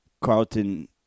Carlton